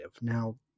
Now